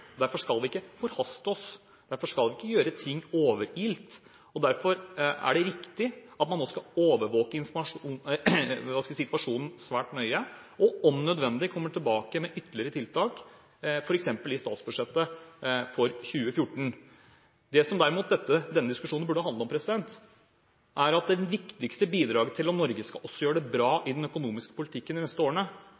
Derfor skal vi ikke forhaste oss. Derfor skal vi ikke gjøre noe overilt. Derfor er det riktig at man overvåker situasjonen svært nøye og, om nødvendig, kommer tilbake med ytterligere tiltak, f.eks. i forbindelse med statsbudsjettet for 2014. Det som denne diskusjonen derimot burde handle om, er at det viktigste bidraget til at Norge skal gjøre det bra